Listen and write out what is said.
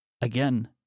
again